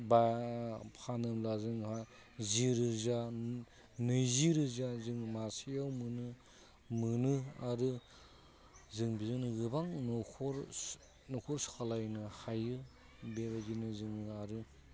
बा फानोब्ला जोंहा जि रोजा नैजि रोजा जों मासेयाव मोनो आरो जों बिदिनो गोबां न'खर न'खर सालायनो हायो बेबायदिनो जों आरो